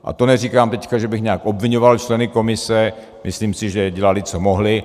A to neříkám teď, že bych nějak obviňoval členy komise, myslím si, že dělali, co mohli.